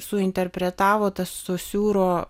su interpretavo tas sosiūro